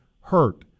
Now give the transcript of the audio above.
hurt